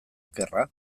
okerra